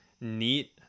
neat